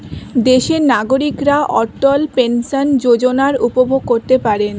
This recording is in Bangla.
দেশের নাগরিকরা অটল পেনশন যোজনা উপভোগ করতে পারেন